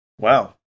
Wow